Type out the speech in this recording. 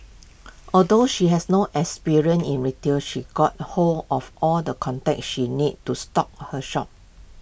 although she had no experience in retail she got hold of all the contacts she needed to stock her shop